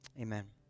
Amen